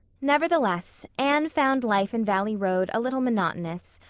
nevertheless, anne found life in valley road a little monotonous.